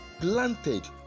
planted